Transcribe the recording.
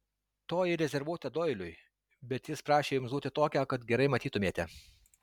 toji rezervuota doiliui bet jis prašė jums duoti tokią kad gerai matytumėte